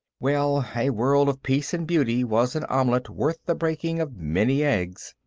well, a world of peace and beauty was an omelet worth the breaking of many eggs.